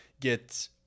get